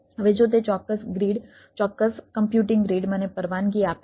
હવે જો તે ચોક્કસ ગ્રીડ ચોક્કસ કમ્પ્યુટિંગ ગ્રીડ મને પરવાનગી આપે છે